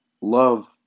love